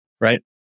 Right